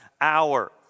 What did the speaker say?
hour